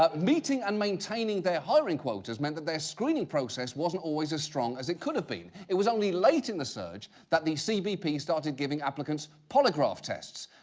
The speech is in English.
ah meeting and maintaining their hiring quotas meant that their screening process wasn't always as strong as it could have been. it was only late in the surge that the cbp started giving applicants polygraph tests,